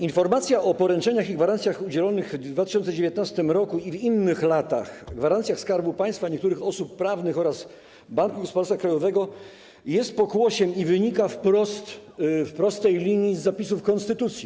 Informacja o poręczeniach i gwarancjach udzielonych w 2019 r. i w innych latach, gwarancjach Skarbu Państwa, niektórych osób prawnych oraz Banku Gospodarstwa Krajowego jest pokłosiem i wynika wprost w prostej linii z zapisów konstytucji.